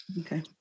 Okay